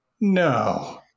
No